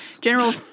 General